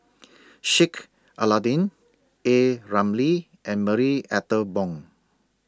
Sheik Alau'ddin A Ramli and Marie Ethel Bong